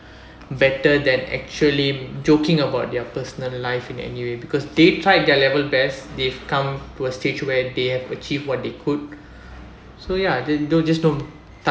better than actually joking about their personal life in any way because they try their level best they've come to a stage where they have achieve what they could so ya didn't do just don't